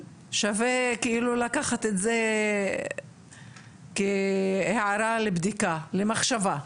שווה לקחת את זה כהערה לבדיקה, למחשבה.